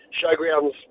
showgrounds